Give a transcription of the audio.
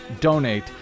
donate